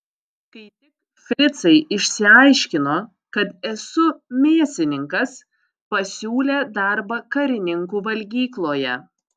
kai tik fricai išsiaiškino kad esu mėsininkas pasiūlė darbą karininkų valgykloje